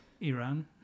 Iran